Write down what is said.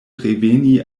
reveni